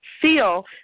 feel